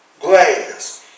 glass